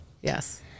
yes